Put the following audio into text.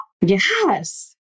Yes